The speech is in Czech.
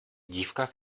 dívka